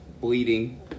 bleeding